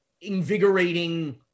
invigorating